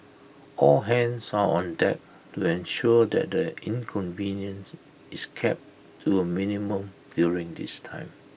all hands are on deck to ensure that the inconvenience is kept to A minimum during this time